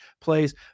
plays